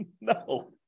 No